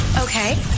Okay